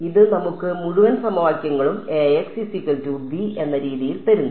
ഇത് നമുക്ക് മുഴുവൻ സമവാക്യങ്ങളും എന്ന രീതിയിൽ തരുന്നു